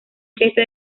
jefe